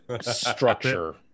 structure